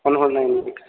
phone हरनायनि